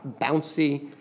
bouncy